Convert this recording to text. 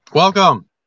Welcome